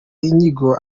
inyigo